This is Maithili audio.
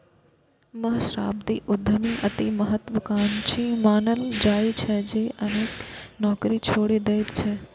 सहस्राब्दी उद्यमी अति महात्वाकांक्षी मानल जाइ छै, जे अनेक नौकरी छोड़ि दैत छै